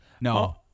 No